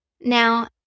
Now